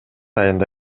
айында